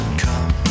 come